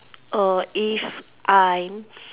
err if I'm